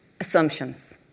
Assumptions